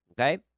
okay